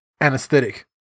anesthetic